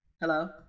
hello